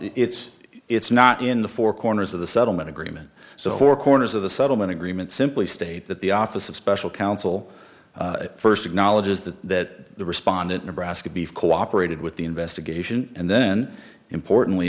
it's it's not in the four corners of the settlement agreement so four corners of the settlement agreement simply state that the office of special counsel first acknowledges that the respondent nebraska beef cooperated with the investigation and then importantly